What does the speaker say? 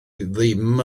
ddim